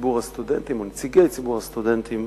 ציבור הסטודנטים או נציגי ציבור הסטודנטים